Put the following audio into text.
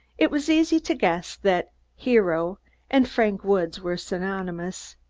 it was easy to guess that hero and frank woods were synonymous.